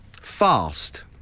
fast